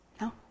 No